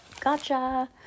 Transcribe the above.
Gotcha